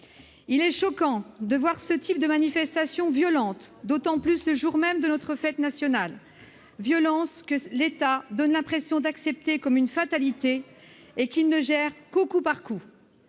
il est choquant d'assister à ce type de manifestations violentes, surtout le jour de notre fête nationale. Des violences que l'État donne l'impression d'accepter comme une fatalité et qu'il ne gère qu'au coup par coup.